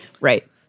Right